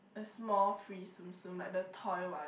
a small free Tsum-Tsum like the toy one